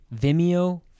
Vimeo